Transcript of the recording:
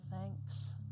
thanks